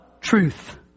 truth